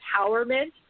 empowerment